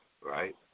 right